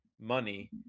money